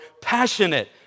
passionate